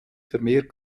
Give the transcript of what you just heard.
vermehrt